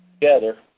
Together